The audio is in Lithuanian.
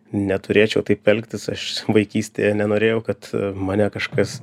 neturėčiau taip elgtis aš vaikystėje nenorėjau kad mane kažkas